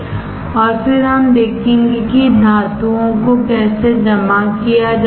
और फिर हम देखेंगे कि धातुओं को कैसे जमा किया जाता है